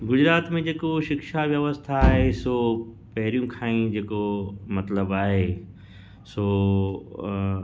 गुजरात में जेको शिक्षा व्यवस्था आहे उहो पहिरियों खां ई जेको मतिलबु आहे सो